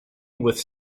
with